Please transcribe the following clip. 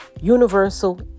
universal